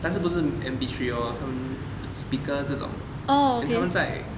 但是不是 M_P three lor 他们 speaker 这种 then 他们在